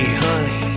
honey